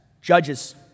Judges